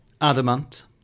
Adamant